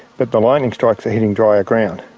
but the lightning strikes are hitting drier ground.